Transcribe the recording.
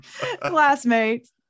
classmates